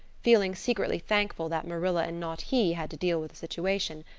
feeling secretly thankful that marilla and not he had to deal with the situation.